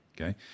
Okay